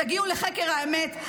תגיעו לחקר האמת.